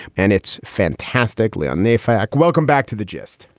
and it's fantastic. leigh on neyfakh, welcome back to the gist.